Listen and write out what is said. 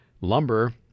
lumber